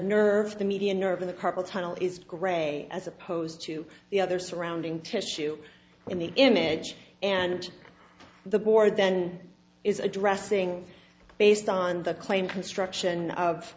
nerve the median nerve in the carpal tunnel is grey as opposed to the other surrounding tissue in the image and the board then is addressing based on the claim construction of